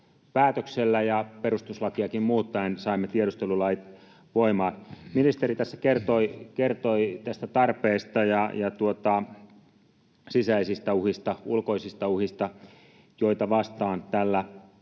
päätöksellä ja perustuslakiakin muuttaen saimme tiedustelulait voimaan. Ministeri tässä kertoi tarpeesta ja sisäisistä uhista ja ulkoisista uhista, joita vastaan tällä hallituksen